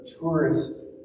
tourist